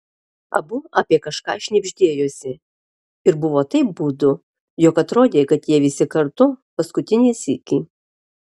abu apie kažką šnibždėjosi ir buvo taip gūdu jog atrodė kad jie visi kartu paskutinį sykį